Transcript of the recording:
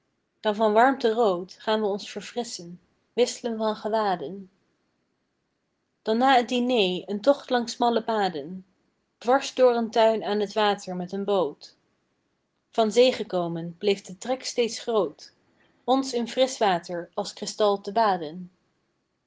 dan van warmte rood gaan we ons verfrisschen wislen van gewaden dan na t diné een tocht langs smalle paden dwars door een tuin aan t water met een boot van zee gekomen bleef de trek steeds groot ons in frisch water als kristal te baden